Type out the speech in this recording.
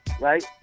right